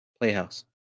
playhouse